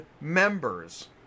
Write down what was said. members